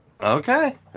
Okay